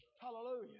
Hallelujah